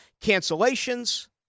cancellations